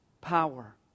power